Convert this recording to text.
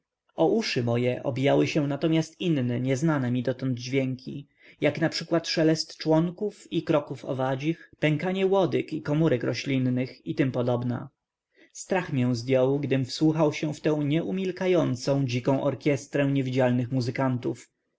uszy moje obijały się natomiast inne nieznane mi dotąd dźwięki jak np szelest członków i kroków owadzich pękanie łodyg i komórek roślinnych i t p strach mię zdjął gdym wsłuchał się w tę nieumilkającą dziką orkiestrę niewidzialnych muzykantów